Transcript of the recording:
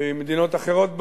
במדינות אחרות בעולם,